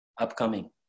upcoming